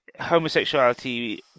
homosexuality